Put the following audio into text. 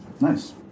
Nice